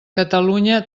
catalunya